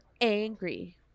angry